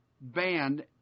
banned